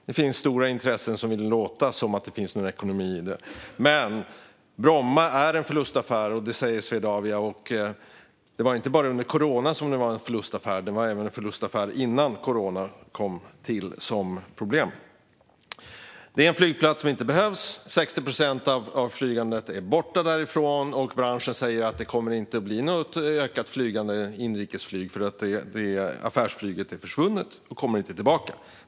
Det finns stora intressen som vill få det att låta som att det finns ekonomi i detta, men Bromma är en förlustaffär enligt Swedavia, också före corona. Bromma flygplats behövs inte. Flygandet där har minskat med 60 procent, och branschen säger att inrikesflyget inte kommer att öka eftersom affärsflyget är försvunnet och inte kommer tillbaka.